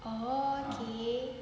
oh okay